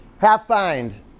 Half-bind